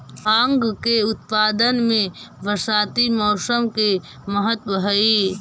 भाँग के उत्पादन में बरसाती मौसम के महत्त्व हई